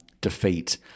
defeat